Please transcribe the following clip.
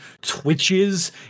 twitches